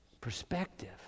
perspective